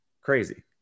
crazy